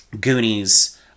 Goonies